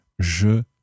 Je